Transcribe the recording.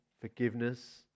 forgiveness